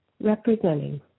representing